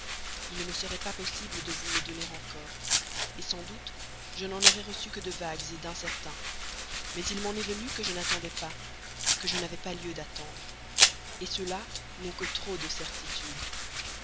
il ne me serait pas encore possible de vous les donner sans doute je n'en aurais reçu que de vagues d'incertains mais il m'en est venu que je n'attendais pas que je n'avais pas lieu d'attendre ceux-là n'ont que trop de certitude